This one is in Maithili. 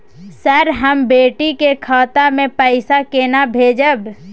सर, हम बेटी के खाता मे पैसा केना भेजब?